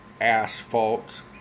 asphalt